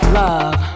love